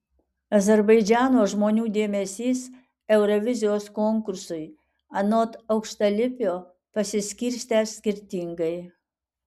azerbaidžano žmonių dėmesys eurovizijos konkursui anot aukštalipio pasiskirstęs skirtingai